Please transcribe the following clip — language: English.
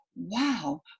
wow